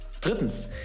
drittens